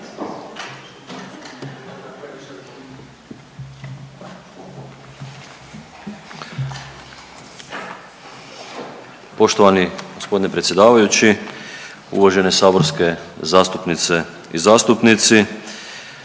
Poštovani g. predsjedavajući, uvažene saborske zastupnice i zastupnici.